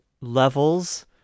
levels